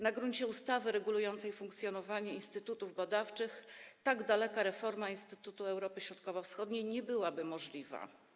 Na gruncie ustawy regulującej funkcjonowanie instytutów badawczych tak daleko posunięta reforma Instytutu Europy Środkowo-Wschodniej nie byłaby możliwa.